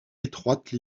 étroite